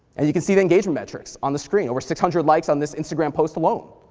and you could see the engagement metrics on the screen, over six hundred likes on this intagram post alone.